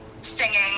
singing